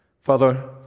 Father